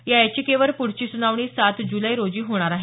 या याचिकेवर पुढची सुनावणी सात जुलै रोजी होणार आहे